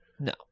No